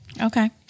okay